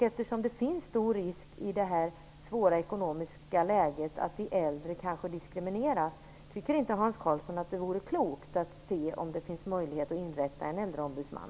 Eftersom det i detta svåra ekonomiska läge finns en stor risk att de äldre diskrimineras, undrar jag om inte Hans Karlsson tycker att det vore klokt att se om det finns möjlighet att inrätta en äldreombudsman.